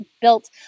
built